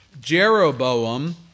Jeroboam